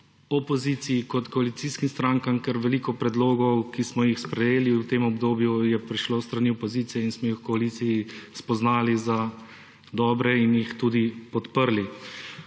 opoziciji kot koalicijskim strankam, ker veliko predlogov, ki smo jih sprejeli v tem obdobju, je prišlo s strani opozicije in smo jih v koaliciji spoznali za dobre in jih tudi podprli.